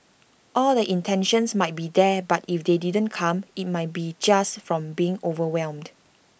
all the intentions might be there but if they didn't come IT might be just from being overwhelmed